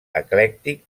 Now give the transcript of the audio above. eclèctic